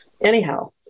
anyhow